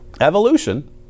evolution